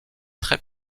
très